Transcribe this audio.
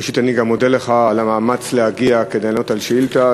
ראשית אני גם מודה לך על המאמץ להגיע כדי לענות לשאילתה,